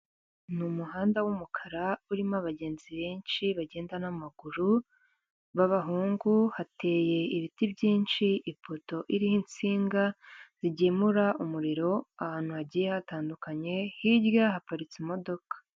Ni umuhanda w’umukara, urimo abagenzi benshi bagenda n’amaguru b’abahungu. Hateye ibiti byinshi, ipoto iriho insinga zigemura umuriro. Ahantu hagiye hatandukanye hirya haparitse imodoka.